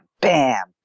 bam